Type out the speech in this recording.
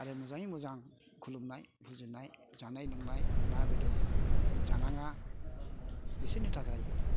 आरो मोजाङै मोजां खुलुमनाय फुजिनाय जानाय लोंनाय ना बेदर जानाङा बिसोरनि थाखाय